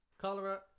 cholera